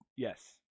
Yes